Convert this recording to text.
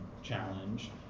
challenge